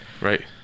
right